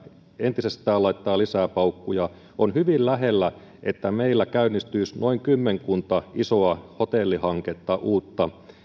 entisestään laittaa lisää paukkuja on hyvin lähellä että meillä käynnistyisi noin kymmenkunta uutta isoa hotellihanketta